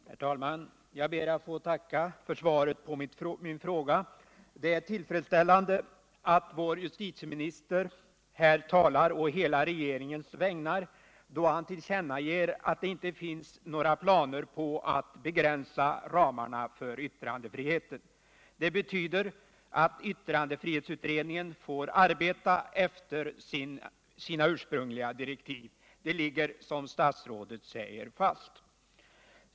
Herr talman! Jag ber att få tacka för svaret på min fråga. Det är tillfredsställande att vår justitieminister här talar å hela regeringens vägnar, då han tillkännager att det inte finns några planer på att begränsa ramarna för yttrandefriheten. Det betyder att yttrandefrihetsutredningen får arbeta efter sina ursprungliga direktiv. De ligger som statsrådet säger fast.